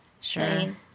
sure